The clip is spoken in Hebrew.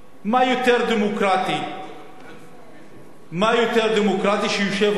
מה יותר דמוקרטי מזה שיושב-ראש